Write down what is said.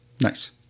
Nice